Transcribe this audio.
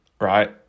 right